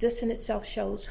this in itself shows